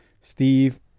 Steve